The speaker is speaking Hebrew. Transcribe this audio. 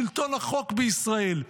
שלטון החוק בישראל,